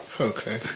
Okay